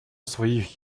своих